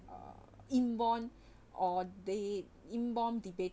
inborn or they inbound debate